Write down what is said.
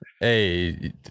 hey